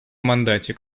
мандате